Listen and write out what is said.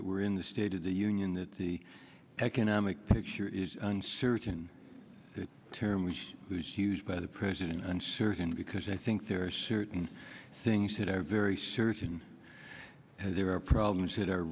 that were in the state of the union that the economic picture is uncertain term which was used by the president uncertain because i think there are certain things that are very certain there are problems that are